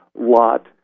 lot